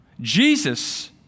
Jesus